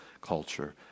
culture